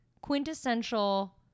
quintessential